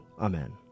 Amen